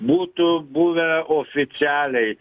būtų buvę oficialiai